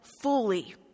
fully